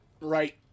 Right